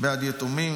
בעד יתומים.